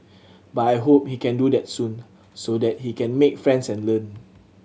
but I hope he can do that soon so that he can make friends and learn